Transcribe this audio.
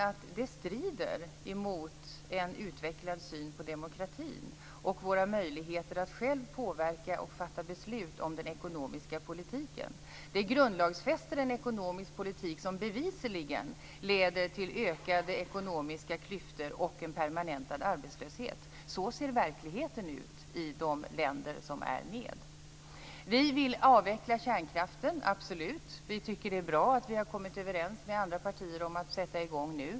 Jo, det strider mot en utvecklad syn på demokratin och våra möjligheter att själva påverka och fatta beslut om den ekonomiska politiken. Det grundlagfäster en ekonomisk politik som bevisligen leder till ökade ekonomiska klyftor och en permanentad arbetslöshet. Så ser verkligheten ut i de länder som är med. Vi vill avveckla kärnkraften - absolut! Vi tycker att det är bra att vi har kommit överens med andra partier om att sätta i gång nu.